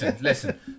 listen